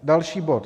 Další bod.